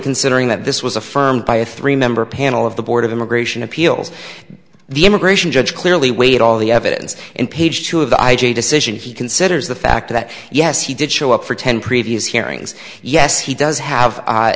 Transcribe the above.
considering that this was affirmed by a three member panel of the board of immigration appeals the immigration judge clearly weighed all the evidence in page two of the i g decision he considers the fact that yes he did show up for ten previous hearings yes he does have